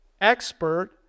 expert